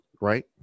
right